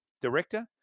director